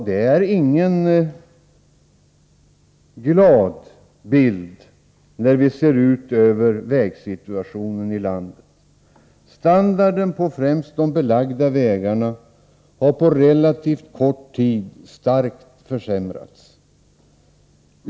Det är ingen glad bild vi möter när vi ser på vägsituationen i landet. Standarden på främst de belagda vägarna har på relativt kort tid starkt försämrats.